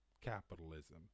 capitalism